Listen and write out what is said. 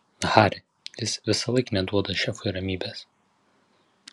hari jis visąlaik neduoda šefui ramybės